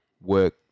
work